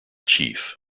chief